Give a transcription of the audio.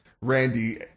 Randy